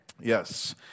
Yes